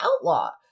outlaw